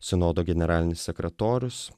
sinodo generalinis sekretorius